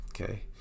okay